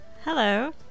Hello